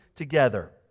Together